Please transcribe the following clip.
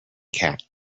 cat